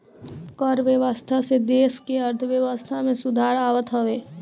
कर व्यवस्था से देस के अर्थव्यवस्था में सुधार आवत हवे